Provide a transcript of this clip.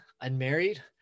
unmarried